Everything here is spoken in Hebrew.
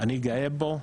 אני גאה בו,